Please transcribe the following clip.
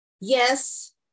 Yes